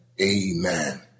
Amen